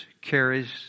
carries